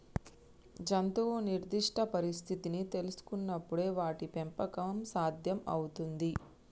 జంతువు నిర్దిష్ట పరిస్థితిని తెల్సుకునపుడే వాటి పెంపకం సాధ్యం అవుతుంది